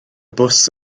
bws